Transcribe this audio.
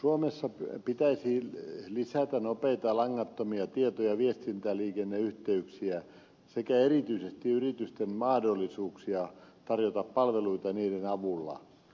suomessa pitäisi lisätä nopeita langattomia tieto ja viestintäliikenneyhteyksiä sekä erityisesti yritysten mahdollisuuksia tarjota palveluita niiden avulla